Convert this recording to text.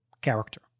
character